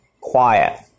Quiet